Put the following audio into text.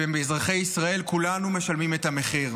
ואזרחי ישראל, כולנו, משלמים את המחיר.